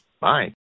Bye